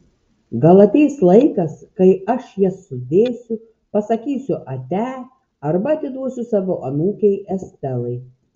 gal ateis laikas kai aš jas sudėsiu pasakysiu ate arba atiduosiu savo anūkei estelai